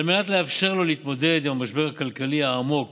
על מנת לאפשר לו להתמודד עם המשבר הכלכלי העמוק